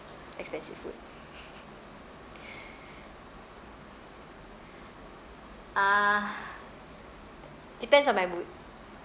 expensive food uh depends on my mood